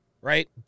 right